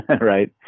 right